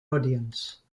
audience